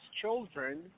children